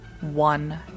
one